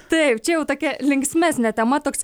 taip čia jau tokia linksmesnė tema toks